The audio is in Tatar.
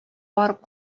барып